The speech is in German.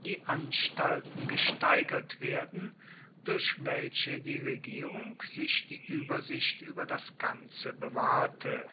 die anstalten gesteigert werden durch welche die regierung sich die uebersicht ueber das ganze bewahrte